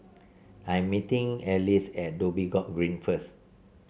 I am meeting Alys at Dhoby Ghaut Green first